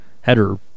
header